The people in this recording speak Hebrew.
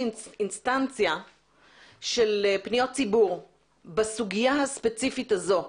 אינסטנציה של פניות ציבור בסוגיה הספציפית הזו,